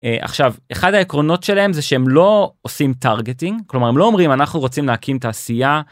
עכשיו אחד העקרונות שלהם זה שהם לא עושים טרגטינג כלומר לא אומרים אנחנו רוצים להקים תעשייה.